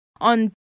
on